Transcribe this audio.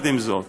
עם זה,